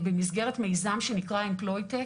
במסגרת מידע שנקרא employtec,